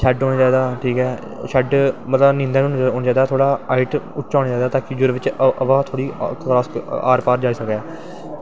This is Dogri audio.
शैड होना चाही दा ठीक ऐ शैड़ मतलव होनां चाही दा थोह्ड़ा उच्चा होना चाही दा कि हवा जेह्ड़ी ऐ आर पार जाई सकै